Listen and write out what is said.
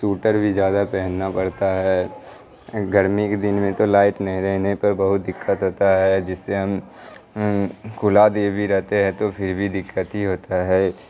sweater بھی زیادہ پہننا پڑتا ہے گرمی کے دن میں تو لائٹ نہیں رہنے پر بہت دقت ہوتا ہے جس سے ہم کھلا دی بھی رہتے ہیں تو پھر بھی دقت ہی ہوتا ہے